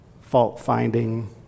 fault-finding